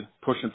pushing